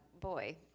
boy